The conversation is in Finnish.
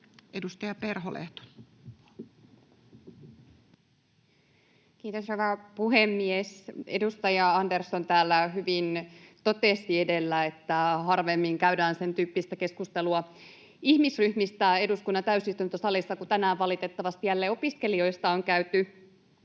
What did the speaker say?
16:26 Content: Kiitos, rouva puhemies! Edustaja Andersson täällä hyvin totesi edellä, että harvemmin käydään sen tyyppistä keskustelua ihmisryhmistä eduskunnan täysistuntosalissa kuin tänään valitettavasti jälleen opiskelijoista on käyty.